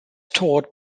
taught